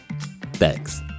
thanks